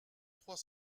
trois